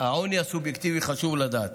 העוני הסובייקטיבי, חשוב לדעת.